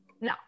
No